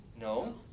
No